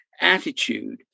attitude